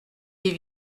des